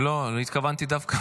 התכוונתי דווקא